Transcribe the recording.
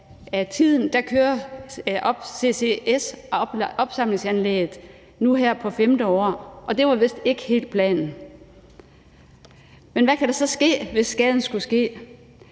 tiden kører CCS-opsamlingsanlægget nu her på 5. år, og det var vist ikke helt planen. Men hvad kan der så ske, hvis skaden skulle ske?